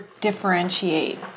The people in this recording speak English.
differentiate